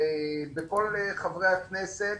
כל חברי הכנסת,